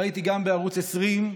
ראיתי גם בערוץ 20,